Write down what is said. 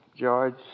George